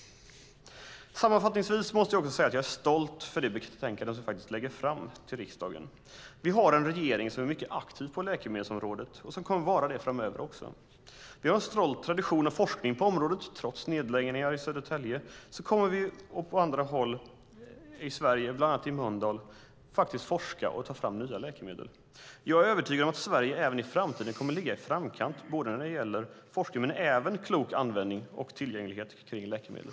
Sammanfattningsvis måste jag säga att jag är stolt över det betänkande vi nu lägger fram till riksdagen. Vi har en regering som är mycket aktiv på läkemedelsområdet och som kommer att vara det också framöver. Vi har en stolt tradition av forskning på området. Trots nedläggningar i Södertälje kommer vi på andra håll i Sverige, bland annat i Mölndal, att forska och ta fram nya läkemedel. Jag är övertygad om att Sverige även i framtiden kommer att ligga i framkant både när det gäller forskning och när det gäller en klok användning av och tillgänglighet till läkemedel.